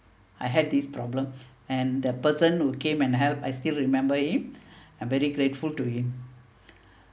I had this problem and the person who came and help I still remember him I'm very grateful to him